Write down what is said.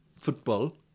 football